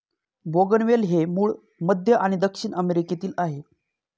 बोगनवेल हे मूळ मध्य आणि दक्षिण अमेरिकेतील आहे